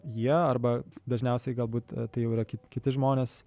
jie arba dažniausiai galbūt tai jau yra kit kiti žmonės